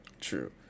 True